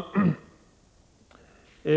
År